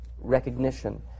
recognition